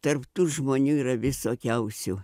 tarp tų žmonių yra visokiausių